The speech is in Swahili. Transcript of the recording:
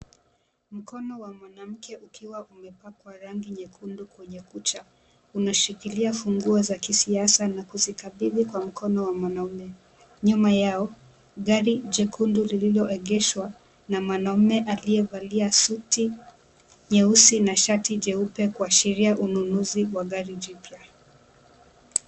Mkono wa mwanamke ukiwa umepakwa rangi nyekundu kwenye kucha unashikilia funguo za kisiasa na kuzikabidhi Kwa mkono wa mwanaume. Nyuma yao, gari jekundu liloegeshwa na mwanaume aliyevalia suti nyeusi na shati jeupe kuashiria ununuzi wa gari jipya.